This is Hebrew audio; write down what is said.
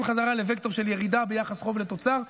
בחזרה לווקטור של ירידה ביחס חוב לתוצר,